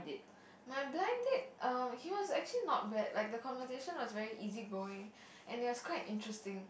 my blind date um he was actually not bad like the conversation was very easy going and it was quite interesting